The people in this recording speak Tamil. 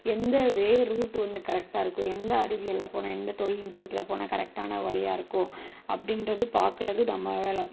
எந்த வே ரூட்டு வந்து கரெக்டாக இருக்கோ எந்த அறிவியல்ல போனால் எந்த தொழில்நுட்பத்துல போனால் கரெக்டான வழியா இருக்கோ அப்படின்றது பார்க்குறது நம்ம வேலை